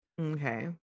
Okay